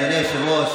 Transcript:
אדוני היושב-ראש,